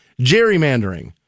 Gerrymandering